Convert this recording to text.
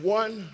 one